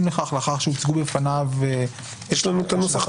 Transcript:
לכך לאחר שהוצגו בפניו ---" יש לנו הנוסח?